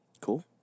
Cool